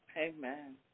Amen